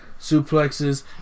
suplexes